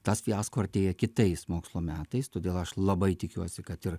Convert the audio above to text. tas fiasko artėja kitais mokslo metais todėl aš labai tikiuosi kad ir